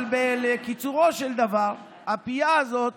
אבל לקיצורו של דבר, הפייה הזאת